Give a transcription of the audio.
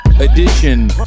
edition